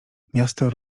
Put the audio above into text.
miasto